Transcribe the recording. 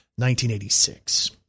1986